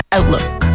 Outlook